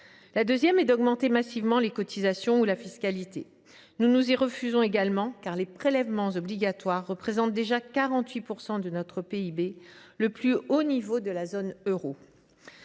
La deuxième est d’augmenter massivement les cotisations ou la fiscalité. Nous nous y refusons également, car les prélèvements obligatoires représentent déjà 48 % de notre PIB, soit le record de la zone euro.